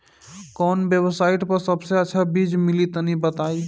कवन वेबसाइट पर सबसे अच्छा बीज मिली तनि बताई?